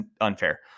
unfair